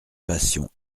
passion